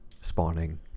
spawning